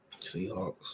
Seahawks